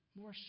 more